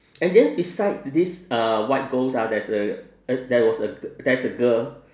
and then beside this uh white ghost ah there's a a there was a there's a girl